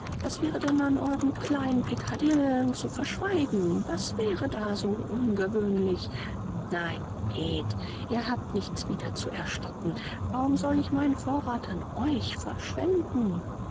was wäre denn an euren kleinen pecadillen zu verschweigen was wäre da ungewöhnlich nein geht ihr habt nichts wiederzuerstatten warum sollt ich meinen vorrath an euch verschwenden